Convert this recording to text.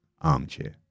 armchair